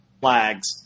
flags